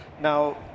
Now